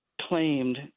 claimed